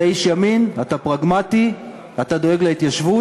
אתה איש ימין, אתה פרגמטי, אתה דואג להתיישבות,